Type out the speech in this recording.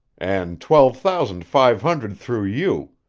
and twelve thousand five hundred through you,